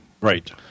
Right